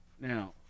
Now